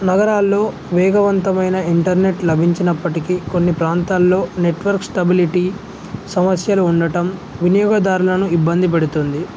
నగరాల్లో వేగవంతమైన ఇంటర్నెట్ లభించినప్పటికీ కొన్ని ప్రాంతాల్లో నెట్వర్క్ స్టెబిలిటీ సమస్యలు ఉండటం వినియోగదారులను ఇబ్బంది పెడుతుంది